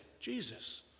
Jesus